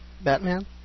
Batman